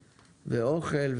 ואוכל,